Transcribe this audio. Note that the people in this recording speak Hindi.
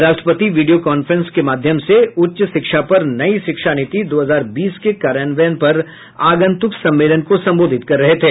राष्ट्रपति वीडियो कॉन्फ्रेंस के माध्यम से उच्च शिक्षा पर नई शिक्षा नीति दो हजार बीस के कार्यान्वयन पर आगंतुक सम्मेलन को संबोधित कर रहे थे